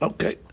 Okay